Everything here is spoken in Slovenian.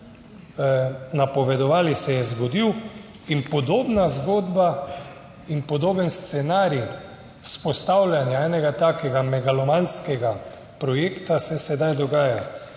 napovedovali, se je zgodil in podobna zgodba in podoben scenarij vzpostavljanja enega takega megalomanskega projekta se sedaj dogaja.